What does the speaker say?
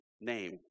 name